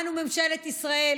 אנו, ממשלת ישראל,